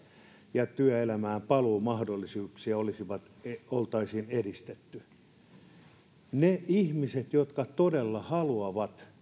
ja työelämään paluumahdollisuuksiaan oltaisiin edistetty niille ihmisille jotka todella haluavat